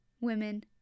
women